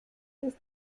ist